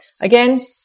Again